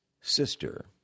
sister